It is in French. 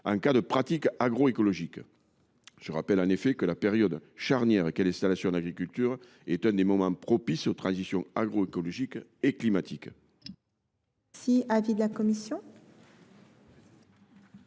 en cas de pratique agroécologique. Je rappelle que la période charnière qu’est l’installation en agriculture est l’un des moments propices aux transitions agroécologique et climatique. Quel est l’avis de la commission ?